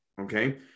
okay